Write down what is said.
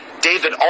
David